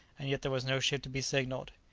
and yet there was no ship to be signalled.